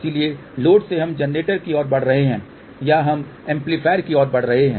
इसलिए लोड से हम जनरेटर की ओर बढ़ रहे हैं या हम एम्पलीफायर की ओर बढ़ रहे हैं